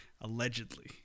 Allegedly